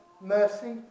mercy